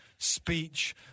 Speech